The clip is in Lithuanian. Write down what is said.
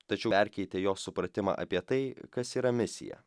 tačiau perkeitė jo supratimą apie tai kas yra misija